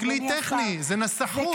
לא, זה כלי טכני, זה נסחות.